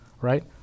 right